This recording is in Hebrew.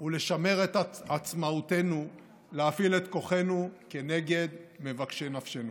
ולשמר את עצמאותנו להפעיל את כוחנו כנגד מבקשי נפשנו.